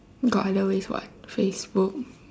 got other ways what facebook